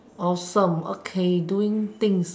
awesome okay doing things